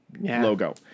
logo